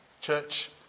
Church